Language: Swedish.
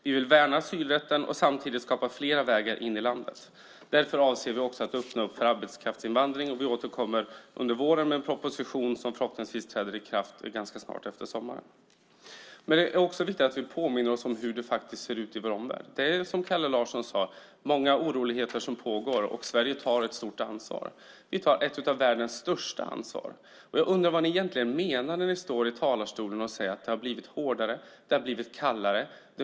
Vi vill värna asylrätten och samtidigt skapa fler vägar in i landet. Därför avser vi också att öppna för arbetskraftsinvandring. Vi återkommer under våren med en proposition som förhoppningsvis innebär att det nya träder i kraft ganska snart efter sommaren. Det är också viktigt att vi påminner oss om hur det faktiskt ser ut i vår omvärld. Det är, som Kalle Larsson sade, många oroligheter som pågår, och Sverige tar ett stort ansvar. Vi är ett av de länder i världen som tar det största ansvaret. Jag undrar vad ni egentligen menar när ni står i talarstolen och säger att det har blivit hårdare och att det har blivit kallare.